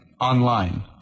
online